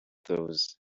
those